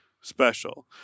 special